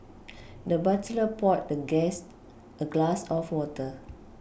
the butler poured the guest a glass of water